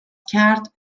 کرد